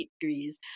degrees